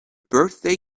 birthday